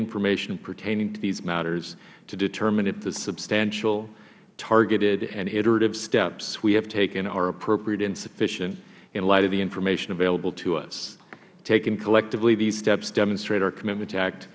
information pertaining to these matters to determine if the substantial targeted and interactive steps we have taken are appropriate and sufficient in light of the information available to us taken collectively these steps demonstrate our commitment to act